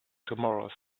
tomorrows